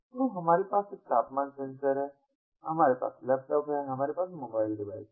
तो हमारे पास एक तापमान सेंसर है हमारे पास लैपटॉप हैं हमारे पास मोबाइल डिवाइस हैं